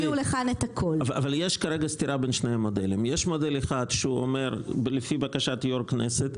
יש מודל אחד שהוא לפי בקשת יושב ראש הכנסת,